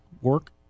work